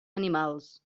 animals